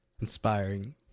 Inspiring